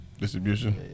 Distribution